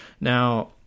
Now